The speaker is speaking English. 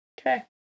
Okay